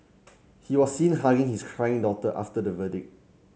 he was seen hugging his crying daughter after the verdict